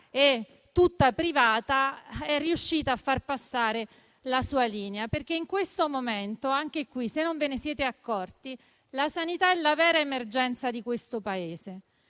è tutta privata, è riuscita a far passare la sua linea. In questo momento, se non ve ne siete accorti, la sanità è la vera emergenza di questo Paese.